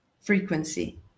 frequency